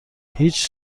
هیچ